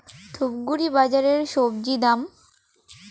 ধূপগুড়ি বাজারের স্বজি দাম?